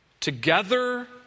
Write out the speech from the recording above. together